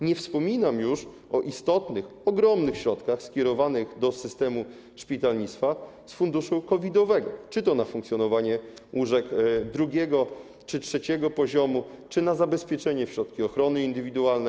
Nie wspominam już o istotnych, ogromnych środkach skierowanych do systemu szpitalnictwa z funduszu COVID-owego czy to na funkcjonowanie łóżek drugiego czy trzeciego poziomu, czy na zabezpieczenie w środki ochrony indywidualnej.